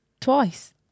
twice